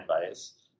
advice